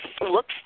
looks